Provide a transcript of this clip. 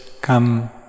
come